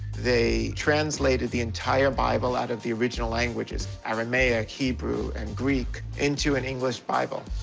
they translated the entire bible out of the original languages aramaic hebrew, and greek into an english bible.